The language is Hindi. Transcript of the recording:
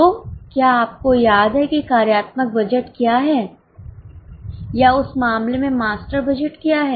तो क्या आपको याद है कि कार्यात्मक बजट क्या है या उस मामले में मास्टर बजट क्या है